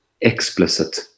explicit